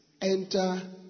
enter